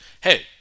Hey